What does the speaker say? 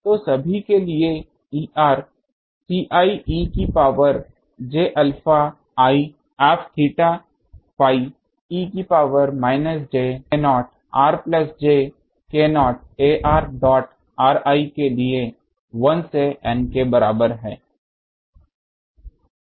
तो सभी के लिए E Ci e की power j alpha i f θφ e की power minus j k0 r plus j k0 ar dot ri के लिए 1 से N के बराबर है